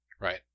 right